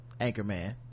anchorman